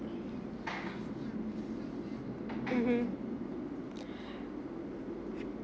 mmhmm